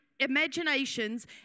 Imaginations